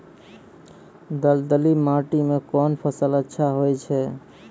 दलदली माटी म कोन फसल अच्छा होय छै?